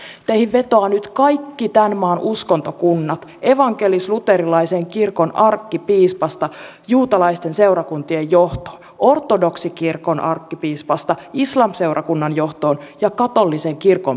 teihin vetoavat nyt kaikki tämän maan uskontokunnat evankelisluterilaisen kirkon arkkipiispasta juutalaisten seurakuntien johtoon ortodoksikirkon arkkipiispasta islam seurakunnan johtoon ja katolisen kirkon piispaan